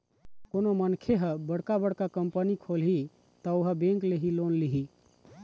कोनो मनखे ह बड़का बड़का कंपनी खोलही त ओहा बेंक ले ही लोन लिही